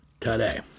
today